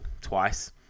twice